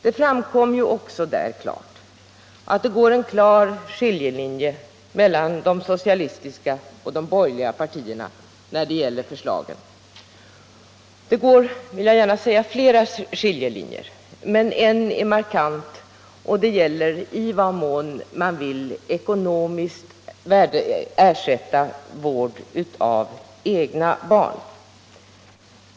Det framgick klart att det går skiljelinjer mellan de socialistiska partiernas förslag och de borgerligas. Det finns flera skiljelinjer, men en är markant, och den gäller i vad mån man vill ekonomiskt ersätta vård av egna barn.